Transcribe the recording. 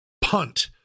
punt